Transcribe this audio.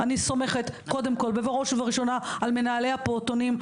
אני סומכת קודם כל ובראש ובראשונה על מנהלי הפעוטונים,